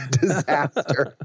disaster